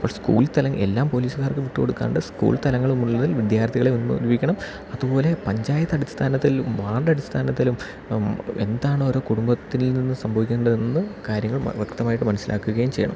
ഇപ്പോൾ സ്കൂൾ തലങ്ങൾ എല്ലാം പോലീസുകാർക്ക് വിട്ടു കൊടുക്കാണ്ട് സ്കൂൾ തലങ്ങൾ മുതൽ വിദ്യാർത്ഥികളെ ഒന്ന് രൂപീകരിക്കണം അതുപോലെ പഞ്ചായത്ത് അടിസ്ഥാനത്തിലും വാർഡടിസ്ഥാനത്തിലും എന്താണ് ഓരോ കുടുംബത്തിൽ നിന്ന് സംഭവിക്കേണ്ടത് എന്ന് കാര്യങ്ങൾ വ്യക്തമായിട്ട് മനസ്സിലാക്കുകേം ചെയ്യണം